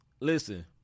listen